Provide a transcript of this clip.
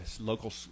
local